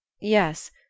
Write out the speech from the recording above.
Yes